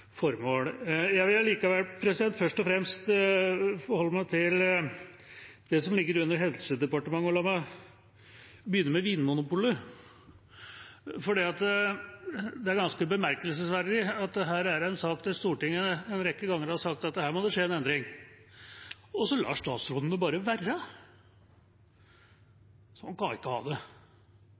Jeg vil likevel først og fremst forholde meg til det som ligger under Helse- og omsorgsdepartementet, og la meg begynne med Vinmonopolet. Det er ganske bemerkelsesverdig at her er det en sak til Stortinget, som en rekke ganger har sagt at her må det skje en endring – og så lar statsråden det bare være. Sånn kan vi ikke ha det.